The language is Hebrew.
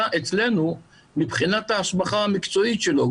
אצלנו מבחינת ההסמכה המקצועית שלו,